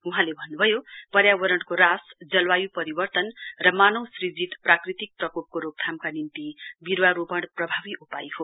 वहाँले भन्नुभयो पर्यावरणको हास जलवायु परिवर्तन र प्राकृतिक प्रकोपको रोकथामका निम्ति विरुपवारोपण प्रभावी उपाय हो